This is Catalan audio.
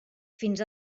fins